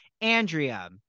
andrea